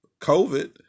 COVID